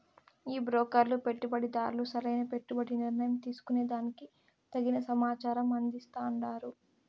ఈ బ్రోకర్లు పెట్టుబడిదార్లు సరైన పెట్టుబడి నిర్ణయం తీసుకునే దానికి తగిన సమాచారం అందిస్తాండారు